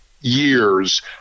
years